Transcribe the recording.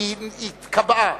היא התקבעה,